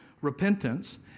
repentance